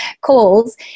calls